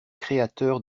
créateur